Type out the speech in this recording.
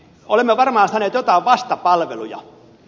olemme varmaan saaneet joitain vastapalveluja